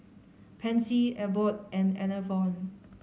Pansy Abbott and Enervon